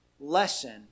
lesson